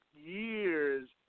years